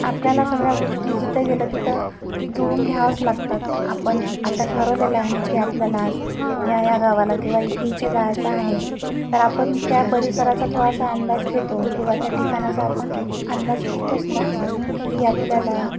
आपल्याला सगळ्या गोष्टी जिथं गेलं तिथं जुळवून घ्यावंच लागतात आपण आता ठरवलेलं आहे की आपल्याला आज या या गावाला किंवा इथेइथे जायचं आहे तर आपण त्या परिसराचा थोडासा अंदाज घेतो किंवा त्या ठिकाणाचा आपण अंदाज घेतोच ना की आपल्याला